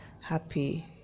happy